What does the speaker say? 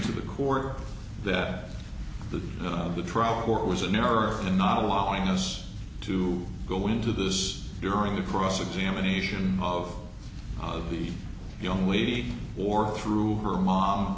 to the core that the the trial court was an error in not allowing us to go into this during the cross examination of the young lady or through her mom